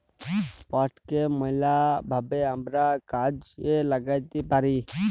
পাটকে ম্যালা ভাবে আমরা কাজে ল্যাগ্যাইতে পারি